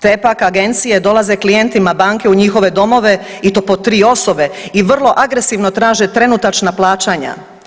Te pak, agencije dolaze klijentima banke u njihove domove i to po 3 osobe i vrlo agresivno traže trenutačna plaćanja.